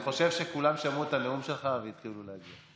אני חושב שכולם שמעו את הנאום שלך והתחילו להגיע.